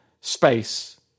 space